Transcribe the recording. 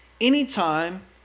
anytime